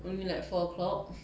only like four o'clock